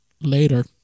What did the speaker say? Later